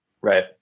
Right